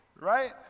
right